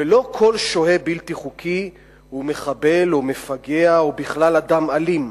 ולא כל שוהה בלתי חוקי הוא מחבל או מפגע או בכלל אדם אלים.